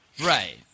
Right